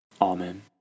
Amen